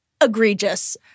egregious